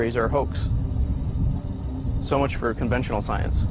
rays are a hoax so much for conventional science